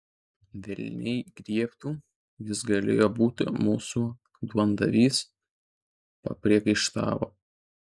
velniai griebtų jis galėjo būti mūsų duondavys papriekaištavo